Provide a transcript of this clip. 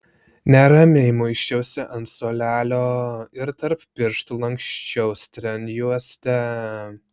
neramiai muisčiausi ant suolelio ir tarp pirštų lanksčiau strėnjuostę